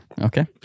Okay